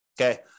Okay